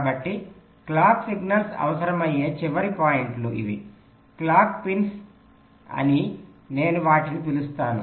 కాబట్టి clock signals అవసరమయ్యే చివరి పాయింట్లు ఇవి క్లాక్ పిన్స్ అని నేను వాటిని పిలుస్తాను